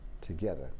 together